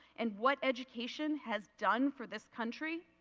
and what education has done for this country,